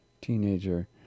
teenager